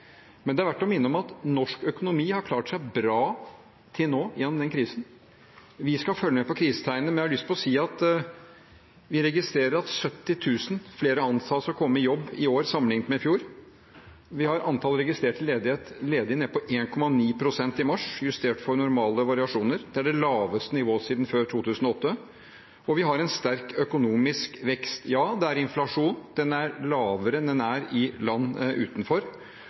Det er verdt å minne om at norsk økonomi har klart seg bra til nå gjennom denne krisen. Vi skal følge med på krisetegnene, men jeg har lyst til å si at vi registrerer at 70 000 flere antas å komme i jobb i år sammenlignet med i fjor. Vi har antall registrerte ledige ned på 1,9 pst. i mars – justert for normale variasjoner. Det er det laveste nivået siden før 2008. Vi har en sterk økonomisk vekst. Det er inflasjon, og den er lavere enn den er i land utenfor.